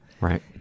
right